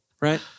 right